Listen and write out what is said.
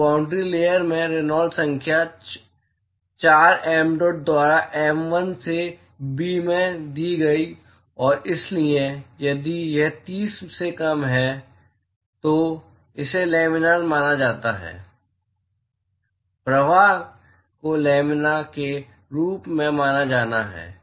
तो boundary layer में Reynolds संख्या 4 mdot द्वारा mu l से b में दी गई है और इसलिए यदि यह 30 से कम है तो इसे लैमिनार माना जाता है प्रवाह को लामिना के रूप में माना जाना है